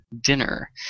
Dinner